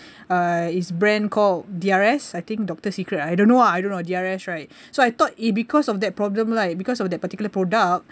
uh is brand called D_R_S I think doctor secret I don't know ah I don't D_R_S right so I thought it because of that problem right because of that particular product